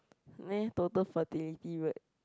[neh] total fertility rate